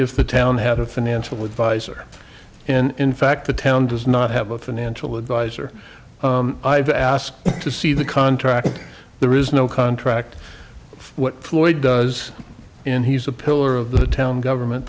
if the town had a financial advisor and in fact the town does not have a financial advisor i've asked to see the contract there is no contract for what floyd does and he's a pillar of the town government